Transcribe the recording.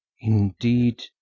Indeed